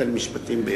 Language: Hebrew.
בפקולטה למשפטים.